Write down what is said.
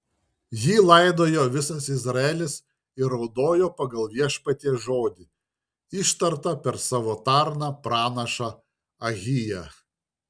jį laidojo visas izraelis ir raudojo pagal viešpaties žodį ištartą per savo tarną pranašą ahiją